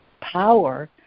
power